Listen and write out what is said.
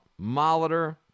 Molitor